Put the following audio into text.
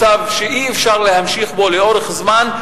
מצב שאי-אפשר להמשיך בו לאורך זמן,